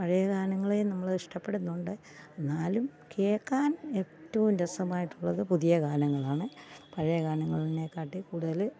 പഴയ ഗാനങ്ങളെയും നമ്മളിഷ്ടപ്പെടുന്നുണ്ട് എന്നാലും കേൾക്കാൻ എറ്റവും രസമായിട്ടുള്ളത് പുതിയ ഗാനങ്ങളാണ് പഴയ ഗാനങ്ങളിനേക്കാട്ടിലും കൂടുതൽ